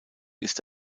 ist